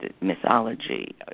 mythology